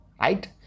right